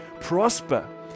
prosper